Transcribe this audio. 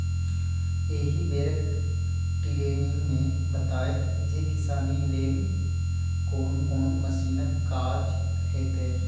एहि बेरक टिरेनिंग मे बताएत जे किसानी लेल कोन कोन मशीनक काज हेतै